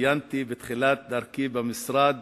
עיינתי בתחילת דרכי במשרד